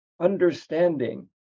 understanding